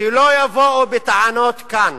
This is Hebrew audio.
שלא יבואו בטענות כאן